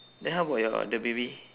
then how about your the baby